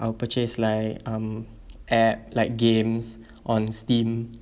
I'll purchase like um app like games on steam